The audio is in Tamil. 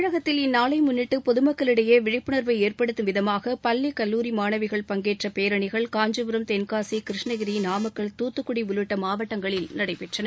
தமிழகத்தில் இந்நாளை முன்னிட்டு பொதுமக்களிடையே விழிப்புனர்வை ஏற்படுத்தும் விதமாக பள்ளி கல்லூரி மாணவிகள் பங்கேற்ற பேரணிகள் னஞ்சிபுரம் தென்காசி கிருஷ்ணகிரி நாமக்கல் தூத்துக்குடி உள்ளிட்ட மாவட்டங்களில் நடைபெற்றன